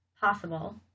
possible